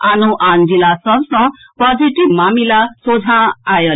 आनो आन जिला सभ सँ पॉजिटिव मामिला सोझा आएल